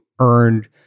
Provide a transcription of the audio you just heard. earned